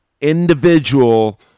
individual